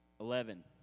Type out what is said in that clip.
Eleven